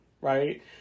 right